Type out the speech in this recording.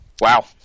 Wow